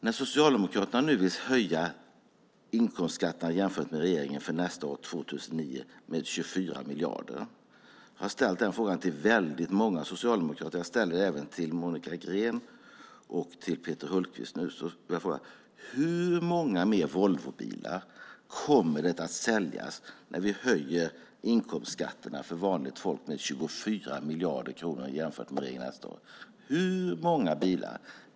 När Socialdemokraterna nu jämfört med regeringens förslag vill höja inkomstskatterna för nästa år, 2009, med 24 miljarder har jag ställt den här frågan till väldigt många socialdemokrater. Jag ställer den även till Monica Green och till Peter Hultqvist: Hur många fler Volvobilar kommer det att säljas när vi höjer inkomstskatterna för vanligt folk med 24 miljarder kronor nästa år jämfört med regeringens förslag? Hur många bilar?